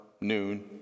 noon